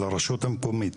של הרשות המקומית,